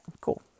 Cool